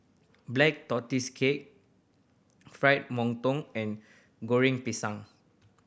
Black Tortoise Cake Fried Mantou and Goreng Pisang